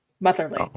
Motherly